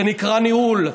זה נקרא ניהול.